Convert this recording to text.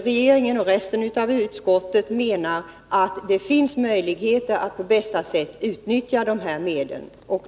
Regeringen och alla utskottsledamöter utöver moderaterna menar att det finns möjlighet att på bästa sätt utnyttja dessa medel.